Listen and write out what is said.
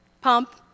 pump